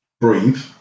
breathe